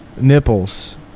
nipples